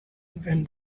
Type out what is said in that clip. when